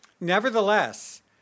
Nevertheless